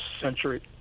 century